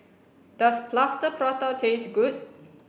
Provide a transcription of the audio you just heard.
does plaster prata taste good